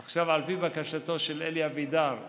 עכשיו, על פי בקשתו של אלי אבידר,